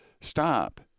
stop